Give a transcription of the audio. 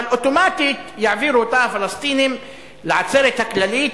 אבל אוטומטית יעבירו אותה הפלסטינים לעצרת הכללית,